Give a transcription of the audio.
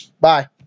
Bye